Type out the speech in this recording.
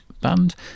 band